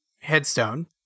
headstone